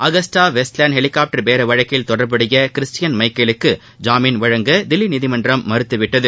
AgustaWestland வழக்கில் தொடர்புடைய Christian மைக்கேலுக்கு ஜாமீன் வழங்க தில்லி நீதிமன்றம் மறுத்துவிட்டது